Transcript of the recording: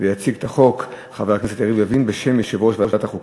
יציג את הצעת החוק